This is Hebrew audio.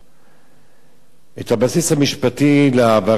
את הבסיס המשפטי להעברת בעלות על אתרים בישראל,